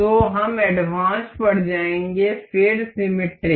तो हम एडवांस्ड पर जायेंगे फिर सिमेट्रिक